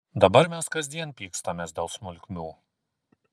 dabar mes kasdien pykstamės dėl smulkmių